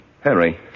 Henry